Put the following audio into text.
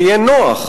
זה יהיה נוח,